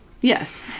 Yes